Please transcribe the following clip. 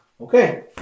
Okay